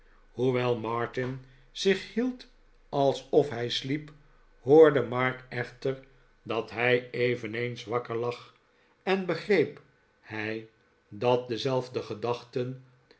hoewel martin zich hield alsof hij sliep hoorde mark echter dat hij eveneens wakker lag en begreep hij dat dezelfde gedachten